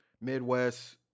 Midwest